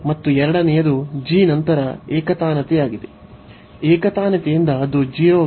ಮತ್ತು ಎರಡನೆಯದು g ನಂತರ ಏಕತಾನತೆಯಾಗಿದೆ ಏಕತಾನತೆಯಿಂದ ಅದು 0 ಗೆ ಆಗಿರುತ್ತದೆ